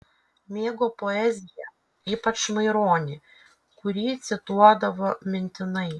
mėgo poeziją ypač maironį kurį cituodavo mintinai